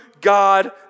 God